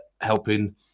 helping